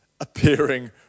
appearing